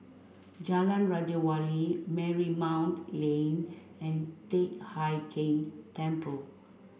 Jalan Raja Wali Marymount Lane and Teck Hai Keng Temple